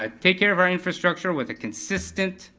ah take care of our infrastructure with a consistent,